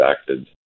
acted